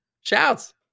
Shouts